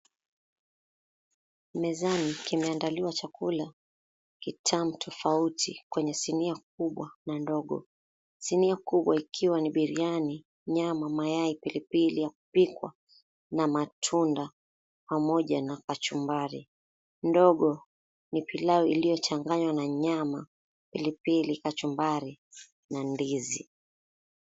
Mezani vimeandaliwa vyakula vitamu tofauti kwenye sinia kubwa na ndogo. Sinia kubwa ikiwa na biriani, nyama, mayai, pilipili ya kupikwa na matunda pamoja na kachumbari .Ndogo, ni pilau iliyochanganywa na nyama pilipili, kachumbari na ndizi.